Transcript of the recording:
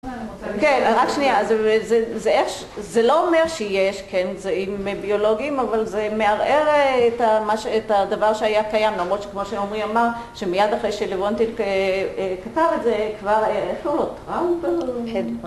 כן, רק שנייה, זה ש... זה לא אומר שיש, כן, זה אם... ביולוגים, אבל זה מערער את המה ש... את הדבר שהיה קיים, למרות שכמו שעמרי אמר, שמיד אחרי שלוונטיק כתב את זה, כבר, איפה הוא טראמפ? כן טראמפ